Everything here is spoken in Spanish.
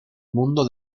mundo